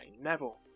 neville